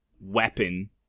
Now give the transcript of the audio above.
weapon